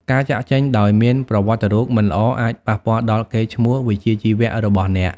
ការចាកចេញដោយមានប្រវត្តិរូបមិនល្អអាចប៉ះពាល់ដល់កេរ្តិ៍ឈ្មោះវិជ្ជាជីវៈរបស់អ្នក។